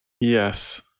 Yes